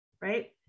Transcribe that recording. Right